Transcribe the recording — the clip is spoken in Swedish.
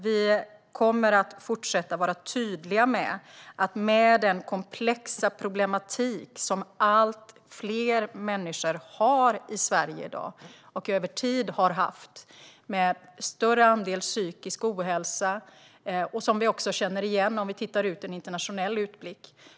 Vi kommer att fortsätta att vara tydliga. Det är en komplex problematik som allt fler människor i Sverige i dag har och över tid har haft. Det är en större andel psykisk ohälsa. Det känner vi också igen om vi gör en internationell utblick.